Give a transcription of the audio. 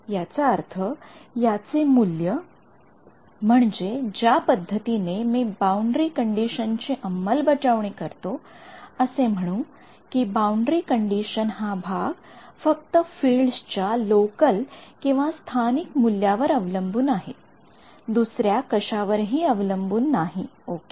याचा अर्थ याचे मूल्य म्हणजे ज्या पद्धतीने मी बाउंडरी कंडिशन ची अंमलबजावणी करतो असे म्हणू कि बाउंडरी कंडिशन हा भाग फक्त फिल्ड्स च्या लोकल स्थानिक मूल्यावर अवलंबून आहे दुसऱ्या कशावरही अवलंबून नाही ओके